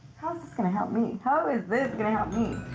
how is this gonna help me? how is this gonna help me?